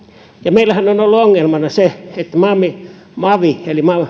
meillähän on ollut ongelmana se että mavi mavi eli